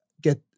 get